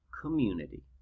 community